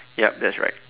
yup that's right